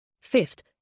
Fifth